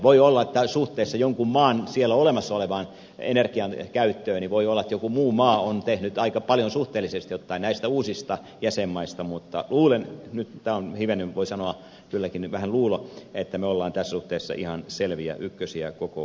voi olla että suhteessa jonkun maan olemassa olevaan energian käyttöön joku muu maa on tehnyt aika paljon suhteellisesti ottaen näistä uusista jäsenmaista mutta luulen nyt tämä on hivenen voi sanoa kylläkin vähän luulo että me olemme tässä suhteessa ihan selviä ykkösiä koko unionin alueella